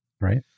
Right